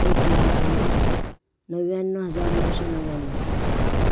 एक लाख एक नव्याण्णवर हजार नऊशे नव्याण्णव